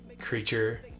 creature